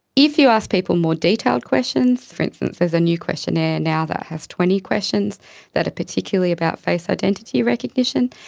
if you ask people more detailed questions, for instance there's a new questionnaire now that has twenty questions that are particularly about face identity recognition,